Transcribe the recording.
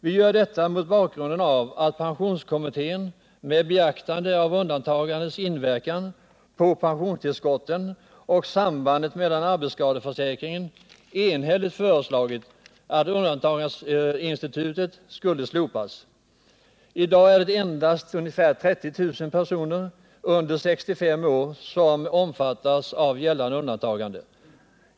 Vi gör detta mot bakgrunden av att pensionskommittén med beaktande av undantagandets inverkan på pensionstillskotten och sambandet med arbetsskadeförsäkringen enhälligt föreslagit att undantagandeinstitutet skall slopas. I dag är det endast ungefär 30 000 personer under 65 år som omfattas av gällande undantagande.